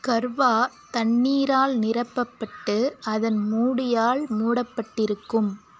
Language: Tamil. கர்வா தண்ணீரால் நிரப்பப்பட்டு அதன் மூடியால் மூடப்பட்டிருக்கும்